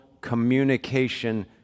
communication